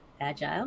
Agile